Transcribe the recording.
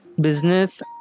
business